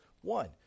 one